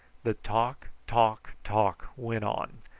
the talk, talk, talk went on,